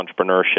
entrepreneurship